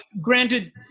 granted